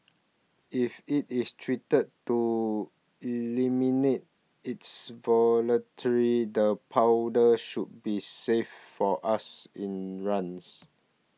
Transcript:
if it is treated to eliminate its the powder should be safe for us in runs